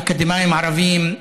אקדמאים ערבים,